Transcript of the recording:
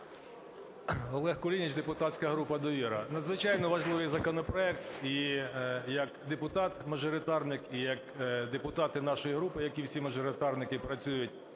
Олег Кулініч, депутатська група "Довіра". Надзвичайно важливий законопроект, і як депутат мажоритарник, і як депутати нашої групи, як і всі мажоритарники, які працюють